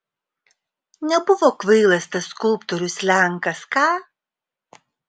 nebuvo kvailas tas skulptorius lenkas ką